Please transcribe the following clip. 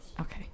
Okay